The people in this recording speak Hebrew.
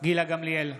גילה גמליאל,